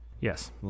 Yes